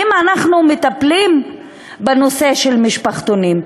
האם אנחנו מטפלים בנושא של משפחתונים?